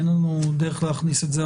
אין לנו דרך להכניס את זה,